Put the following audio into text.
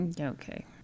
Okay